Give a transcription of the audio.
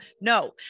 No